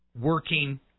working